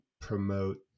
promote